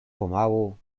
pomału